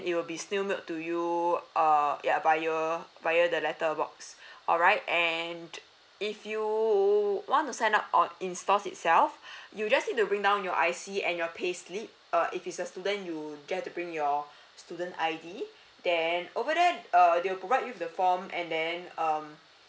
it will be still mailed to you err ya via via the letter box alright and if you want to sign up on in stores itself you just need to bring down your I_C and your pay slip err if you're a student you get to bring your student I_D then over there err they will provide you with the form and then um